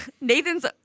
Nathan's